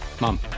Mom